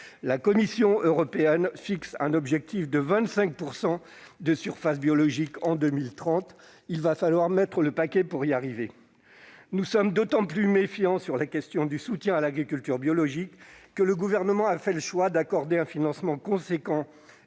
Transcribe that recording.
La Commission européenne a fixé un objectif de 25 % de surfaces agricoles biologiques pour 2030. Il va falloir mettre le paquet pour y arriver ! Nous sommes d'autant plus méfiants sur la question du soutien à l'agriculture biologique que le Gouvernement a fait le choix d'accorder un financement considérable,